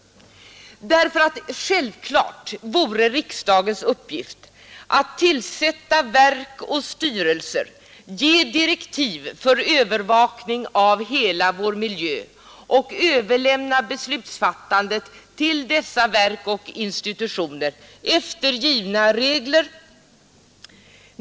Självklart vore riksdagens uppgift att tillsätta verk och styrelser, ge direktiv för övervakning av hela vår miljö och överlämna beslutsfattandet till dessa verk och institutioner efter givna regler.